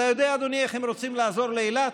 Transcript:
אתה יודע, אדוני, איך הם רוצים לעזור לאילת?